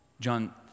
John